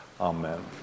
Amen